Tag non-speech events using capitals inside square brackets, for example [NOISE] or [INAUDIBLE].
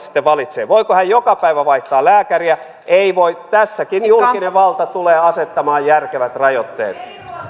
[UNINTELLIGIBLE] sitten valitsee voiko hän joka päivä vaihtaa lääkäriä ei voi tässäkin julkinen valta tulee asettamaan järkevät rajoitteet